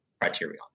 criteria